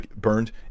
burned